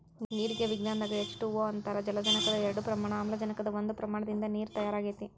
ನೇರಿಗೆ ವಿಜ್ಞಾನದಾಗ H two O ಅಂತಾರ ಜಲಜನಕದ ಎರಡ ಪ್ರಮಾಣ ಆಮ್ಲಜನಕದ ಒಂದ ಪ್ರಮಾಣದಿಂದ ನೇರ ತಯಾರ ಆಗೆತಿ